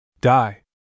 Die